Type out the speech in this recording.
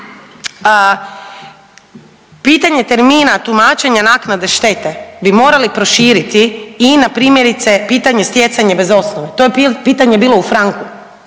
Pitanje termina tumačenja naknade štete bi morali proširiti i na primjerice pitanje stjecanje bez osnove. To je pitanje bilo u franku,